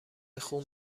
خون